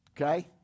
okay